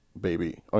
baby